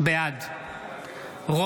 בעד רון כץ,